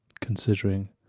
considering